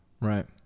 Right